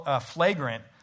flagrant